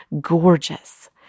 gorgeous